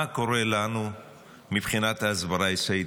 מה קורה לנו מבחינת ההסברה הישראלית.